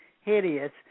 hideous